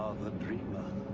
the dreamer.